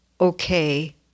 okay